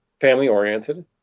family-oriented